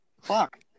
Fuck